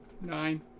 Nine